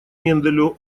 менделю